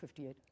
58